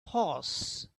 horse